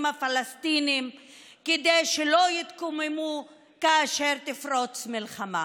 הפלסטינים כדי שלא יתקוממו כאשר תפרוץ מלחמה.